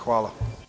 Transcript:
Hvala.